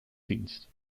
dienst